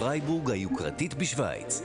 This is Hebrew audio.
זה עמותה שפועלת בין היתר להנצחת פועלה של ראשת הממשלה,